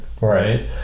Right